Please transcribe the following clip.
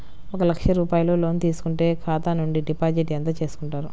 ఒక లక్ష రూపాయలు లోన్ తీసుకుంటే ఖాతా నుండి డిపాజిట్ ఎంత చేసుకుంటారు?